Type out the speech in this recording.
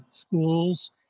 schools